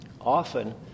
Often